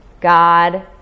God